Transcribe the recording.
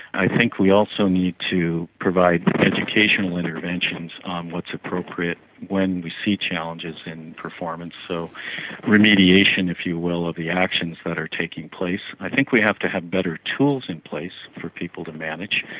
i think we also need to provide educational interventions on what's appropriate when we see challenges in performance. so remediation, if you will, of the actions that are taking place. i think we have to have better tools in place for people to manage.